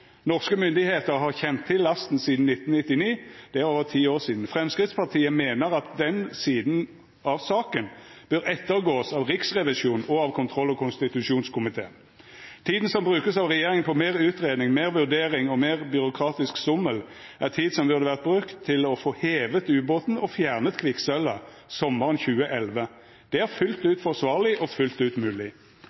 Norske myndigheter har kjent til lasten siden 1999. Det er over ti år siden. Fremskrittspartiet mener at den siden av saken bør ettergås både av Riksrevisjonen og av kontroll- og konstitusjonskomiteen.» Vidare sa han: «Tiden som brukes av regjeringen på mer utredning, mer vurdering og mer byråkratisk og politisk sommel, er tid som burde vært brukt på å få hevet ubåten og fjernet kvikksølvet sommeren 2011. Det er fullt ut forsvarlig og fullt ut mulig.»